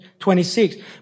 26